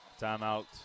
Timeout